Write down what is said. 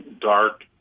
dark